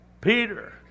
Peter